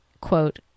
quote